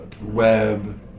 web